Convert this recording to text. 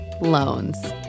loans